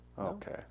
Okay